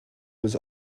was